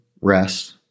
rest